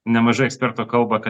nemažai ekspertų kalba kad